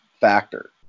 factor